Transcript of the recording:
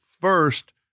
first